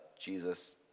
Jesus